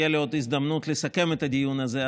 תהיה לי עוד הזדמנות לסכם את הדיון הזה.